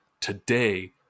today